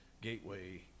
gateway